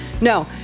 no